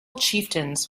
chieftains